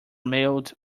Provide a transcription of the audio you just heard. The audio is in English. mailed